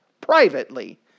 Privately